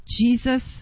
Jesus